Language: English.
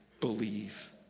believe